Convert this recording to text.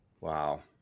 Wow